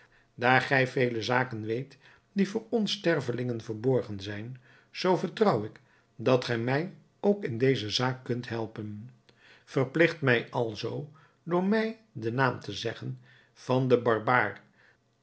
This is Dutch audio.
daar gij vele zaken weet die voor ons stervelingen verborgen zijn zoo vertrouw ik dat gij mij ook in deze zaak kunt helpen verpligt mij alzoo door mij den naam te zeggen van den barbaar